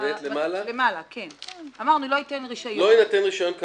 "לא יינתן רישיון,